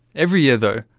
every year though,